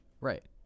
Right